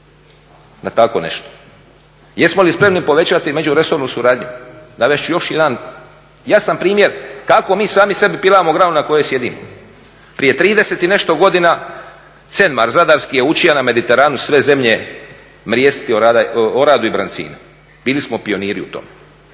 na tako nešto? Jesmo li spremni povećati međuresornu suradnju? Navest ću još jedan jasan primjer kako mi sami sebi pilamo granu na kojoj sjedimo. Prije 30 i nešto godina … zadarski je učio na Mediteranu sve zemlje … brancina. Bili smo pioniri u tome.